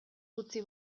gutxi